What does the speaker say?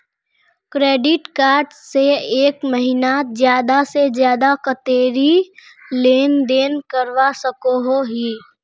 Credit card से एक महीनात ज्यादा से ज्यादा कतेरी लेन देन करवा सकोहो ही?